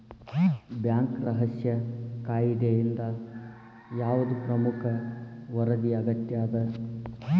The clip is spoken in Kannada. ಬ್ಯಾಂಕ್ ರಹಸ್ಯ ಕಾಯಿದೆಯಿಂದ ಯಾವ್ದ್ ಪ್ರಮುಖ ವರದಿ ಅಗತ್ಯ ಅದ?